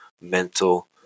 mental